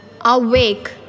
awake